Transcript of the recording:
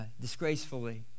disgracefully